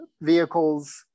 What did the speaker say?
vehicles